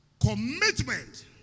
commitment